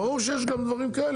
ברור שיש גם דברים כאלה.